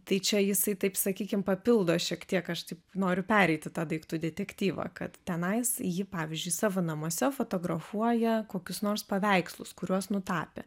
tai čia jisai taip sakykim papildo šiek tiek aš taip noriu pereiti tą daiktų detektyvą kad tenais ji pavyzdžiui savo namuose fotografuoja kokius nors paveikslus kuriuos nutapė